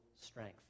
strength